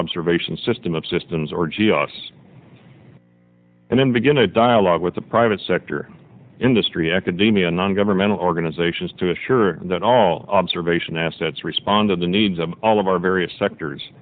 observation system of systems or g i s and then begin a dialogue with the private sector industry academia non governmental organizations to assure that all observation assets respond to the needs of all of our various sectors